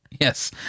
yes